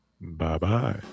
bye-bye